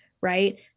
right